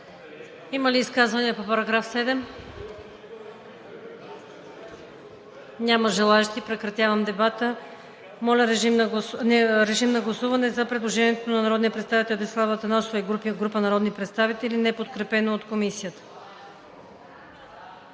Има ли изказвания по § 7? Няма желаещи. Прекратявам дебатите. Моля, режим на гласуване за предложението на народния представител Десислава Атанасова и група народни представители, неподкрепено от Комисията.